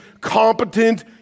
competent